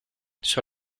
sur